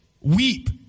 Weep